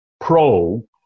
pro